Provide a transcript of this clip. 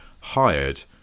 hired